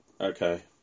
Okay